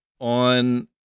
on